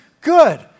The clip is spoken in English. good